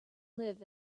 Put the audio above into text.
live